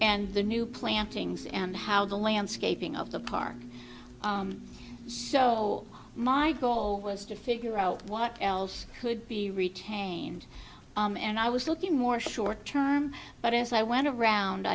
and the new plantings and how the landscaping of the park so my goal was to figure out what could be retained and i was looking more short term but as i went around